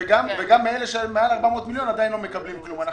שחקנו אתם הרבה.